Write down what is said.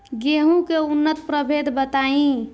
गेंहू के उन्नत प्रभेद बताई?